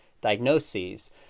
diagnoses